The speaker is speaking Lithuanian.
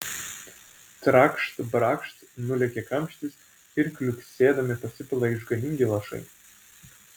trakšt brakšt nulekia kamštis ir kliuksėdami pasipila išganingi lašai